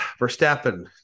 Verstappen